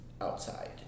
outside